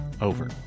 over